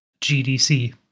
GDC